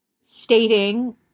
stating